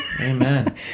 amen